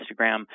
Instagram